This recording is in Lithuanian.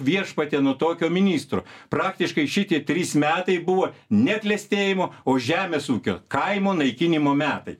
viešpatie nuo tokio ministro praktiškai šitie trys metai buvo ne klestėjimo o žemės ūkio kaimo naikinimo metai